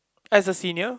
as a senior